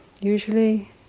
usually